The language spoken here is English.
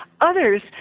Others